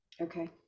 Okay